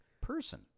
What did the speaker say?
person